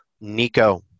Nico